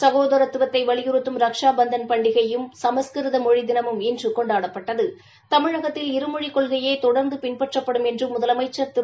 சகோதரத்துவத்தை வலியுறுத்தும் ரக்ஷ பந்தன் பண்டிகையும் சமஸ்கிருத மொழி தினமும் இன்று கொண்டாடப்பட்டது தமிழகத்தில் இருமொழிக் கொள்கையே தொடர்ந்து பின்பற்றப்படும் என்று முதலமைச்சா் திரு